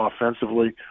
offensively